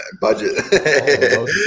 budget